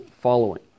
following